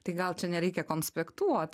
tai gal čia nereikia konspektuot